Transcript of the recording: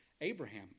abraham